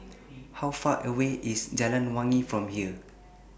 How Far away IS Jalan Wangi from here